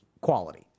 quality